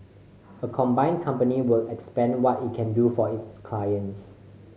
a combined company would expand what it can do for its clients